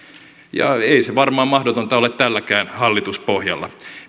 ei se varmaan mahdotonta ole tälläkään hallituspohjalla